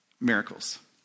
miracles